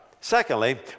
Secondly